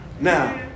now